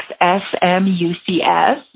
S-M-U-C-S